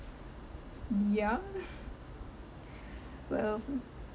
y~ yeah what else